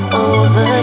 over